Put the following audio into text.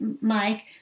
Mike